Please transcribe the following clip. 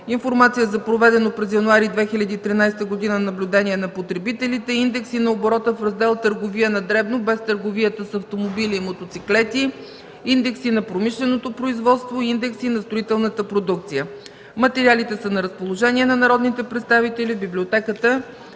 информация за проведено през януари 2013 г. наблюдение на потребителите, индекси на оборота в Раздел „Търговия на дребно” – без търговията с автомобили и мотоциклети, индекси на промишленото производство, индекси на строителната продукция. Материалите са на разположение на народните представители в Библиотеката